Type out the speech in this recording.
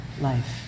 life